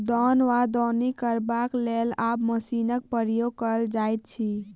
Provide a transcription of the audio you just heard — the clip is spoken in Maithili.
दौन वा दौनी करबाक लेल आब मशीनक प्रयोग कयल जाइत अछि